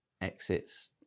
exits